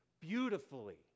beautifully